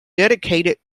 dedicated